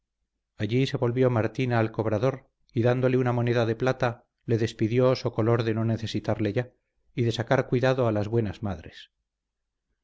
allí se volvió martina al cobrador y dándole una moneda de plata le despidió socolor de no necesitarle ya y de sacar de cuidado a las buenas madres